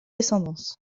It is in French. descendance